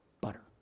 butter